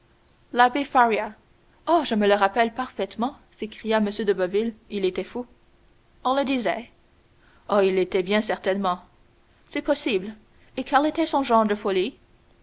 faria oh je me le rappelle parfaitement s'écria m de boville il était fou on le disait oh il l'était bien certainement c'est possible et quel était son genre de folie